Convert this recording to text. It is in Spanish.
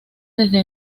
desde